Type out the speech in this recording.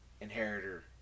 inheritor